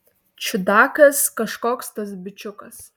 čiudakas kažkoks tas bičiukas